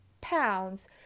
pounds